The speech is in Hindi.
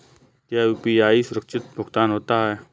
क्या यू.पी.आई सुरक्षित भुगतान होता है?